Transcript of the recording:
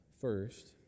First